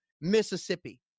Mississippi